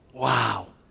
Wow